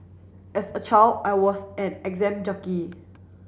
as a child I was an exam junkie